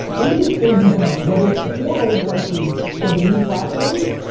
let me just save you time, whether it's the four old white dudes or the new platforms,